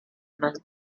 más